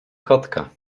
kotka